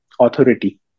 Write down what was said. authority